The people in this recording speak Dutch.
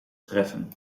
treffen